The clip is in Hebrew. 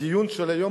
הדיון של היום,